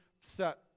set